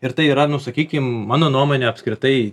ir tai yra nu sakykim mano nuomone apskritai